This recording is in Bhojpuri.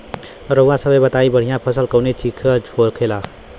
रउआ सभे बताई बढ़ियां फसल कवने चीज़क होखेला?